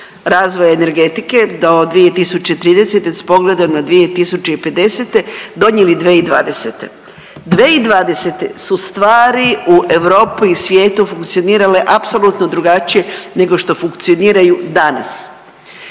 razvoja energetike do 2030. s pogledom na 2050. donijeli 2020., 2020. su stvari u Europi i svijetu funkcionirale apsolutno drugačije nego što funkcioniraju danas.